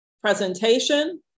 presentation